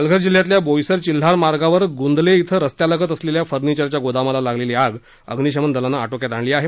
पालघर जिल्ह्यातल्या बोईसर चिल्हार मार्गावर ग्ंदले इथं रस्त्यालगत असलेल्या फर्निचरच्या गोदामाला लागलेली आग अग्निशमन दलानं आटोक्यात आणली आहे